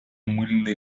мыльной